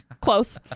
Close